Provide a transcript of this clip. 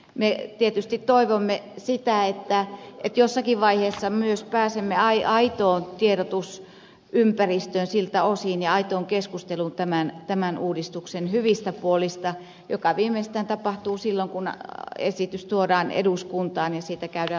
me tietysti toivomme sitä että jossakin vaiheessa myös pääsemme aitoon tiedotusympäristöön siltä osin ja aitoon keskusteluun tämän uudistuksen hyvistä puolista joka viimeistään tapahtuu silloin kun esitys tuodaan eduskuntaan ja siitä käydään laaja keskustelu